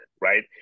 right